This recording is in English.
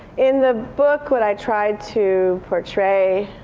in the book what i tried to portray,